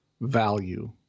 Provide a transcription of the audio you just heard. value